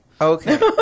Okay